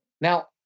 Now